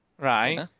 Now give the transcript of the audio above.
Right